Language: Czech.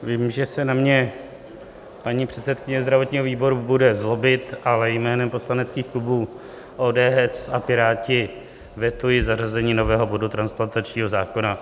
Vím, že se na mě paní předsedkyně zdravotního výboru bude zlobit, ale jménem poslaneckých klubů ODS a Piráti vetuji zařazení nového bodu transplantačního zákona.